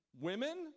women